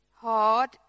Hard